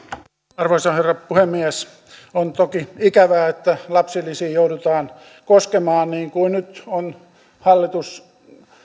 arvoisa herra puhemies on toki ikävää että lapsilisiin joudutaan koskemaan niin kuin nyt on hallitus